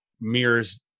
mirrors